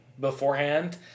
beforehand